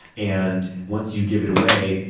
and once you give it away,